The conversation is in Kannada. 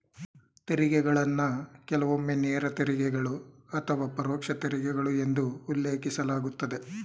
ತೆರಿಗೆಗಳನ್ನ ಕೆಲವೊಮ್ಮೆ ನೇರ ತೆರಿಗೆಗಳು ಅಥವಾ ಪರೋಕ್ಷ ತೆರಿಗೆಗಳು ಎಂದು ಉಲ್ಲೇಖಿಸಲಾಗುತ್ತದೆ